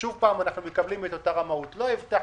שוב אנחנו מקבלים את אותה רמאות: לא הבטחנו,